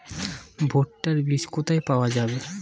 ভুট্টার বিজ কোথায় পাওয়া যাবে?